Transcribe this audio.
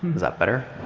is that better?